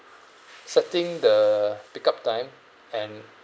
setting the pickup time and